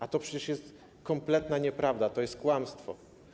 A to przecież jest kompletna nieprawda, to jest kłamstwo.